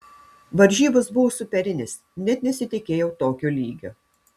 varžybos buvo superinės net nesitikėjau tokio lygio